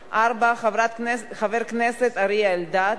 4. חבר הכנסת אריה אלדד,